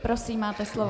Prosím, máte slovo.